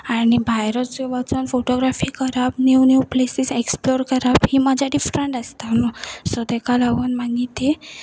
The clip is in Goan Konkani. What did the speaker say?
आनी भायरच वचून फोटोग्राफी करप न्यीव न्यीव प्लेसीस एक्सप्लोर करप ही मजा डिफरंट आसता न्हू सो ताका लागीन मागी तेी